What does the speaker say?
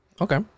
Okay